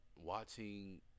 watching